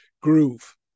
groove